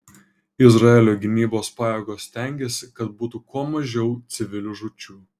izraelio gynybos pajėgos stengiasi kad būtų kuo mažiau civilių žūčių